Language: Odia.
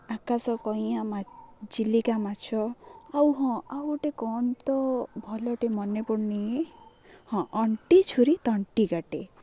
ଆକାଶ କଇଁଆ ଚିଲିକା ମାଛ ଆଉ ହଁ ଆଉ ଗୋଟେ କ'ଣ ତ ଭଲଟେ ମନେପଡ଼ୁନି ହଁ ଅଣ୍ଟି ଛୁରୀ ତଣ୍ଟିି କାଟେ